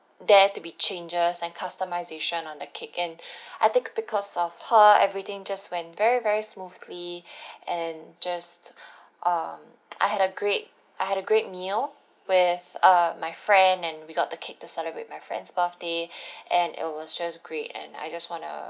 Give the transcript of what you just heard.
there to be changes and customisation on the cake and I think because of her everything just went very very smoothly and just um I had a great I had a great meal with uh my friend and we got the cake to celebrate my friend's birthday and it was just great and I just want to